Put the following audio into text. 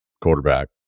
quarterback